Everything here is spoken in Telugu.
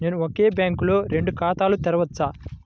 నేను ఒకే బ్యాంకులో రెండు ఖాతాలు తెరవవచ్చా?